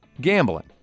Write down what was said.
Gambling